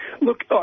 Look